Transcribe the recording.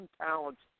talents